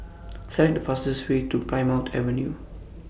Select The fastest Way to Plymouth Avenue